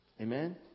Amen